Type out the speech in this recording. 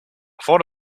thought